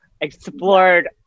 explored